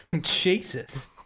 Jesus